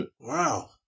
Wow